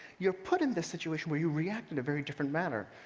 you're put in the situation where you react in a very different manner.